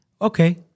Okay